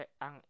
ang